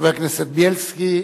חבר הכנסת בילסקי,